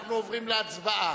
אנחנו עוברים להצבעה.